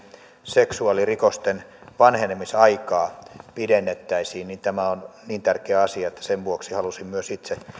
seksuaalirikosten vanhenemisaikaa pidennettäisiin on niin tärkeä asia että sen vuoksi halusin myös itse